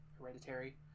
hereditary